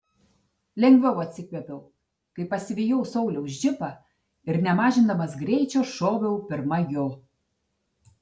lengviau atsikvėpiau kai pasivijau sauliaus džipą ir nemažindamas greičio šoviau pirma jo